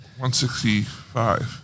165